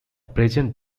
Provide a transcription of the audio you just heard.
present